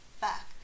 back